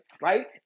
right